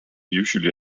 usually